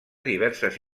diverses